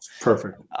perfect